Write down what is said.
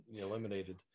eliminated